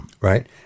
Right